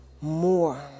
more